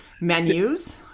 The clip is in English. menus